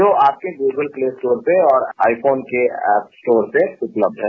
जो आपके Google play store पे और आई फोन के ऐप स्टोर पे उपलब्ध है